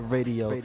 Radio